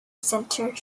center